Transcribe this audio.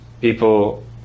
People